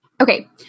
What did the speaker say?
Okay